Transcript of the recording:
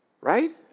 Right